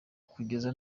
kugeza